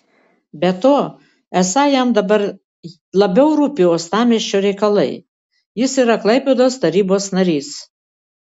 be to esą jam dabar jam labiau rūpi uostamiesčio reikalai jis yra klaipėdos tarybos narys